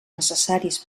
necessaris